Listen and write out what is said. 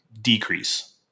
Decrease